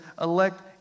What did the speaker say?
elect